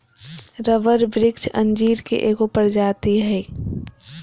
rubber वृक्ष अंजीर के एगो प्रजाति हइ